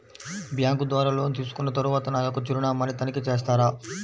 Bank ద్వారా loan తీసుకున్న తరువాత నా యొక్క చిరునామాని తనిఖీ చేస్తారా?